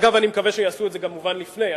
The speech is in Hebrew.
אני מקווה שיעשו את זה כמובן לפני.